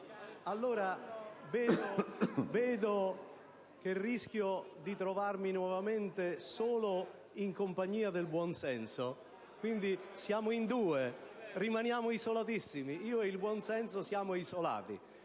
Allora, rischio di trovarmi nuovamente solo in compagnia del buon senso. Quindi, siamo in due e rimaniamo isolatissimi: io ed il buon senso siamo isolati.